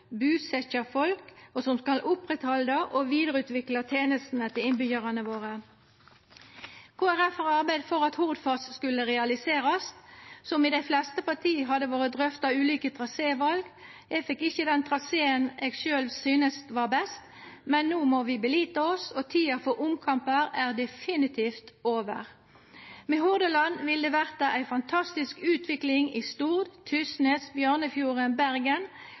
folk og oppretthalda og vidareutvikla tenestene til innbyggjarane våre. Kristeleg Folkeparti har arbeidd for at Hordfast skulle realiserast. Som i dei fleste parti har ein drøfta ulike traséval. Eg fekk ikkje den traseen eg sjølv syntest var best. Men no må vi «belita» oss, og tida for omkampar er definitivt over. Med Hordfast vil det verta ei fantastisk utvikling i Stord, Tysnes, Bjørnefjorden og Bergen,